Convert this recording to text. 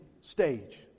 stage